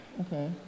Okay